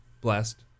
blessed